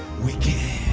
we can.